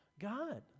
God